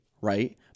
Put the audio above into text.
right